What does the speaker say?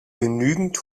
genügend